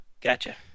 Gotcha